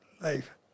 life